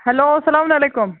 hello اسلام وعلیکُم